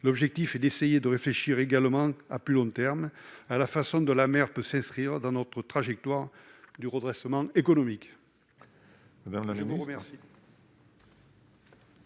L'objectif est d'essayer de réfléchir également, à plus long terme, à la façon dont la mer peut s'inscrire dans notre trajectoire de redressement économique.